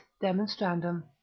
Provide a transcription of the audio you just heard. demonstrandum